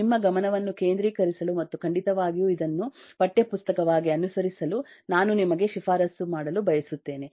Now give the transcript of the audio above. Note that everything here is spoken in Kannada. ನಿಮ್ಮ ಗಮನವನ್ನು ಕೇಂದ್ರೀಕರಿಸಲು ಮತ್ತು ಖಂಡಿತವಾಗಿಯೂ ಇದನ್ನು ಪಠ್ಯ ಪುಸ್ತಕವಾಗಿ ಅನುಸರಿಸಲು ನಾನು ನಿಮಗೆ ಶಿಫಾರಸು ಮಾಡಲು ಬಯಸುತ್ತೇನೆ